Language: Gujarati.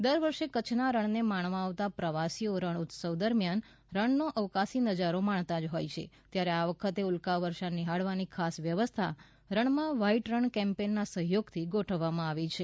દર વર્ષે કચ્છના રણને માણવા આવતા પ્રવાસીઓ રણ ઉત્સવ દરમિયાન રણનો અવકાશી નઝારો માણતા જ હોય છે ત્યારે આ વખતે ઉલ્કા વર્ષા નિહાળવાની ખાસ વ્યવસ્થા રણમાં વ્હાઈટ રણ કેમ્પેઈનના સહયોગથી ગોઠવવામાં આવી છે